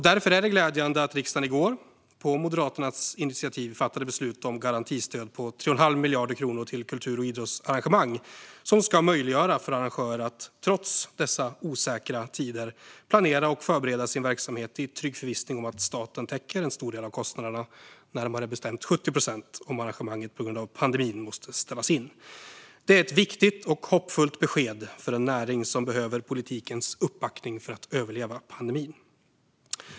Därför är det glädjande att riksdagen i går på Moderaternas initiativ fattade beslut om garantistöd på 3 1⁄2 miljard kronor till kultur och idrottsarrangemang, som ska möjliggöra för arrangörer att trots dessa osäkra tider planera och förbereda sin verksamhet i trygg förvissning om att staten täcker en stor del av kostnaderna - närmare bestämt 70 procent - om arrangemanget på grund av pandemin måste ställas in. Det är ett viktigt och hoppfullt besked för en näring som behöver politikens uppbackning för att överleva pandemin.